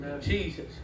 Jesus